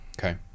okay